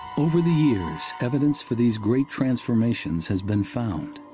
over the years evidence for these great transformations has been found.